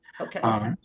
Okay